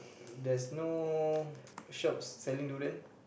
there's no shops selling durian